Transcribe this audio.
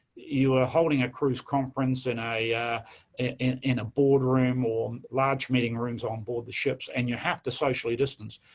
you are holding a cruise conference in a and in a boardroom, or large meeting rooms on board the ships and you have to socially distance,